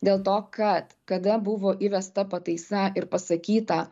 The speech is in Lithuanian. dėl to kad kada buvo įvesta pataisa ir pasakyta